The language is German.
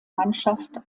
mannschaft